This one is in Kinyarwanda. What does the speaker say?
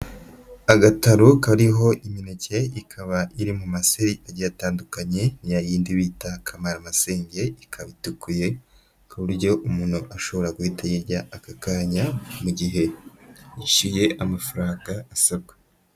Agataro kariho imineke ikaba iri mu maseri agiye itandukanye, ni ya yindi bita kamara masende, ikaba itukuye ku buryo umuntu ashobora guhita ayijya aka kanya mu gihe yishyuye amafaranga asabwa.